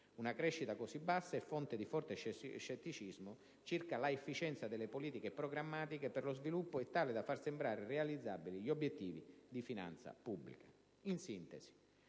Una crescita così bassa è fonte di forte scetticismo circa l'efficienza delle politiche programmatiche per lo sviluppo e tale da far sembrare irrealizzabili gli obiettivi di finanza pubblica. In sintesi,